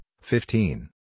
fifteen